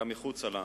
ומחוצה לה